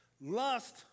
Lust